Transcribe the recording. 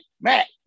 Mac